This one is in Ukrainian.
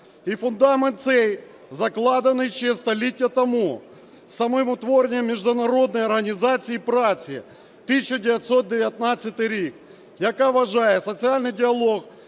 І фундамент цей закладений ще століття тому самим утворенням Міжнародної організації праці (1919 рік), яка вважає соціальний діалог